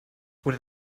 oder